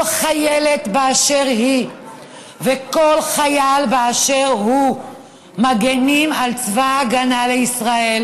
כל חיילת באשר היא וכל חייל באשר הוא מגינים על צבא ההגנה לישראל.